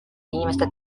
inimeste